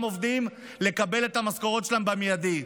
עובדים לקבלת המשכורות שלהם במיידי.